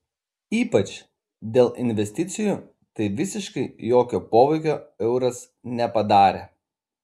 ypač dėl investicijų tai visiškai jokio poveikio euras nepadarė